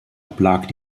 oblag